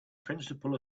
principle